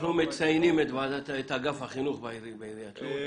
אנחנו מציינים לטובה את אגף החינוך בעיריית לוד.